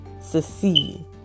succeed